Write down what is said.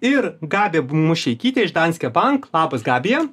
ir gabija bu mušeikytė iš danske bank labas gabija